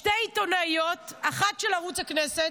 שתי עיתונאיות, אחת של ערוץ הכנסת,